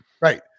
Right